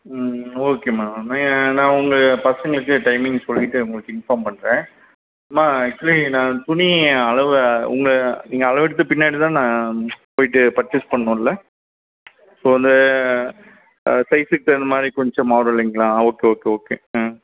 ஓகேம்மா நான் உங்கள் பசங்களுக்கு டைமிங் சொல்லிவிட்டு உங்களுக்கு இன்ஃபார்ம் பண்ணுறேன்ம்மா ஆக்ஷுவலி நான் துணி அளவு உங்கள் நீங்கள் அளவு எடுத்த பின்னாடி நான் போய்விட்டு பர்ச்சேஸ் பண்ணுமில்ல ஸோ அந்த சைஸுக்கு தகுந்த மாதிரி கொஞ்சம் மாறுல்லைங்களா ஓகே ஓகே ஓகே ம்